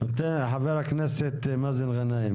חבר הכנסת מאזן גנאים,